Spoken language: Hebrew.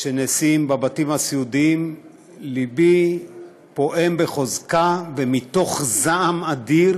שנעשים בבתים הסיעודיים לבי פועם בחוזקה ומתוך זעם אדיר.